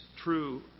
true